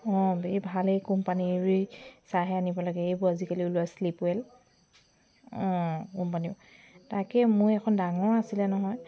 অঁ এই ভালেই কোম্পানীৰেই চাইহে আনিব লাগে এইবোৰ আজিকালি ওলোৱা শ্লিপৱেল অঁ কোম্পানীবোৰ তাকে মই এইখন ডাঙৰ আছিলে নহয়